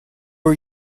are